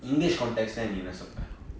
english context நீ என்ன சொல்லுவ:nee enna soluve